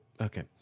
Okay